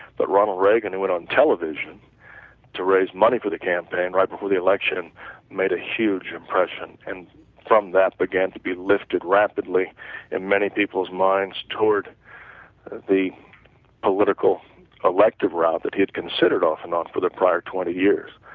but ronald reagan and went on television to raise money for the campaign right before the election made a huge impression and from that began to be lifted repeatedly in many people's mind toward the political elective route that he had considered off and on for the prior twenty years,